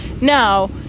now